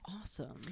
awesome